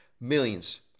millions